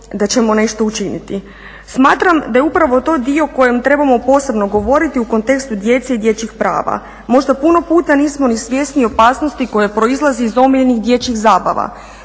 da ćemo nešto učiniti. Smatram da je to upravo dio o kojem trebamo posebno govoriti u kontekstu djece i dječjih prava. Možda puno puta nismo ni svjesni opasnosti koje proizlaze iz omiljenih dječjih zabava